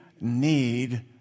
need